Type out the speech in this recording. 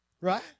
right